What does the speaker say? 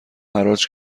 حراج